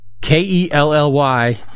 K-E-L-L-Y